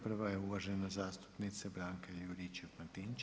Prva je uvažena zastupnica Branka Juričev Martinčev.